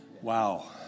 Wow